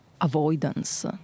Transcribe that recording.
avoidance